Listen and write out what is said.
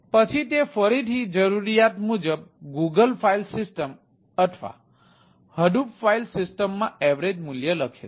પછી તે ફરીથી જરૂરિયાત મુજબ ગૂગલ ફાઇલ સિસ્ટમમાં એવરેજ મૂલ્ય લખે છે